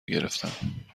گرفتم